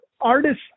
artists